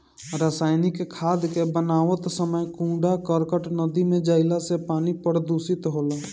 रासायनिक खाद के बनावत समय कूड़ा करकट नदी में जईला से पानी प्रदूषित होला